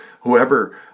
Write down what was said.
whoever